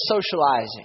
socializing